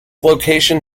location